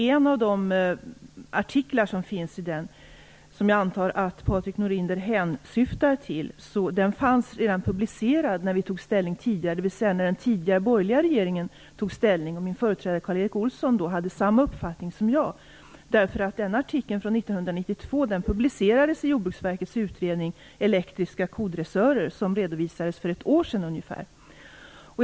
En av de artiklar som ingår i den och som jag antar att Patrik Norinder hänvisar till fanns publicerad redan tidigare, dvs. när den tidigare borgerliga regeringen tog ställning. Min företrädare Karl-Erik Olsson hade då samma uppfattning som jag. Artikeln, som är från 1992, publicerades i Jordbruksverkets utredning Elektriska kodressörer, som redovisades för ungefär ett år sedan.